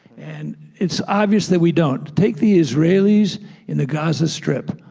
and it's obvious that we don't. take the israelis in the gaza strip.